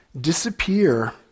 disappear